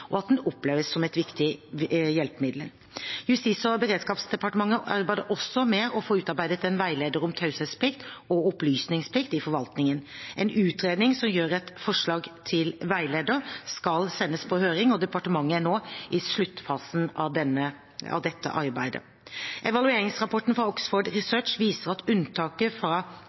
og at den oppleves som et viktig hjelpemiddel. Justis- og beredskapsdepartementet arbeider også med å få utarbeidet en veileder om taushetsplikt og opplysningsplikt i forvaltningen. En utredning som utgjør et forslag til veileder, skal sendes på høring, og departementet er nå i sluttfasen av dette arbeidet. Evalueringsrapporten fra Oxford Research viser at unntaket